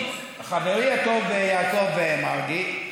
חברי הטוב מרגי,